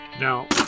Now